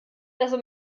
dass